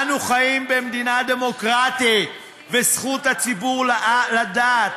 אנו חיים במדינה דמוקרטית, וזכות הציבור לדעת.